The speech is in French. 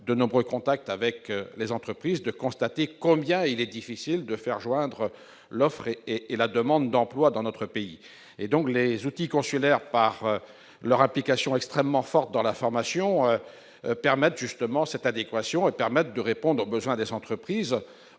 nombreux contacts avec des entreprises, ont pu constater combien il est difficile de faire coïncider l'offre et la demande d'emplois dans notre pays. Les outils consulaires, par leur implication dans le domaine de la formation, permettent justement cette adéquation. Ils offrent une réponse aux besoins des entreprises